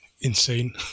insane